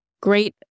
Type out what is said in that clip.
great